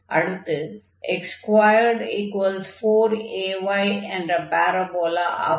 அடுத்து x24ay என்ற parabola ஆகும்